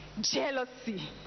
jealousy